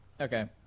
Okay